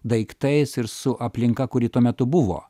daiktais ir su aplinka kuri tuo metu buvo